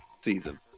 season